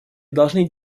должны